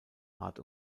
art